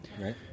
Right